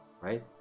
right